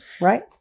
right